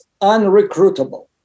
unrecruitable